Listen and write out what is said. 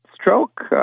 Stroke